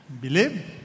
Believe